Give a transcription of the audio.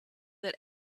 that